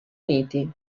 uniti